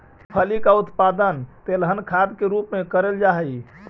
मूंगफली का उत्पादन तिलहन खाद के रूप में करेल जा हई